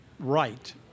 right